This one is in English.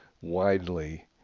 widely